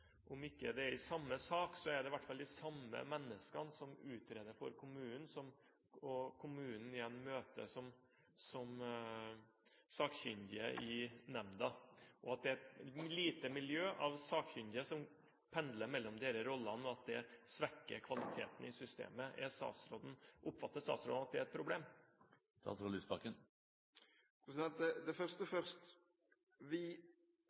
om ikke det er i samme sak, så er det i hvert fall de samme menneskene som utreder for kommunen, og som kommunen møter igjen som sakkyndige i nemnda – at det er et lite miljø av sakkyndige som pendler mellom disse rollene, og at det svekker kvaliteten i systemet. Oppfatter statsråden at det er et problem? Det første først: Jeg mener at vi